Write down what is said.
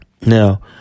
Now